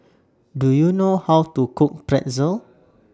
Do YOU know How to Cook Pretzel